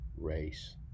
race